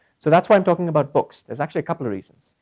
so that's why i'm talking about books. there's actually a couple of reasons.